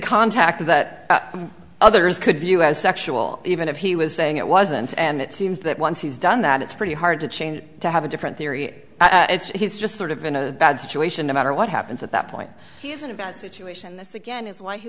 contact that others could view as sexual even if he was saying it wasn't and it seems that once he's done that it's pretty hard to change it to have a different theory and he's just sort of in a bad situation no matter what happens at that point he isn't a bad situation this again is why he